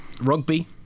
rugby